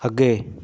ਅੱਗੇ